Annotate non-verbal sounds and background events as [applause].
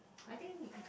[noise] I think